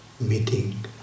meeting